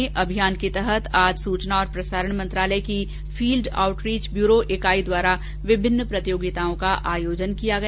उधर कोटा में अभियान के तहत आज सूचना और प्रसारण मंत्रालय की फील्ड आउटरीच ब्यूरो इकाई द्वारा विभिन्न प्रतियोगिताओं का आयोजन किया गया